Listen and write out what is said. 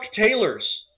Taylor's